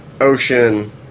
ocean